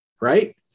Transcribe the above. right